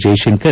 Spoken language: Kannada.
ಜೈಶಂಕರ್